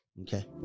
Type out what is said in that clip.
Okay